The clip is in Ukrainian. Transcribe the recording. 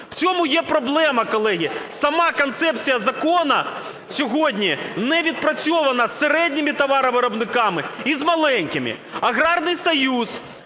В цьому є проблема, колеги. Сама концепція закону сьогодні не відпрацьована з середніми товаровиробниками і з маленькими. Аграрний союз